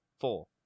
four